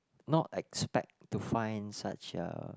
not expect to find such a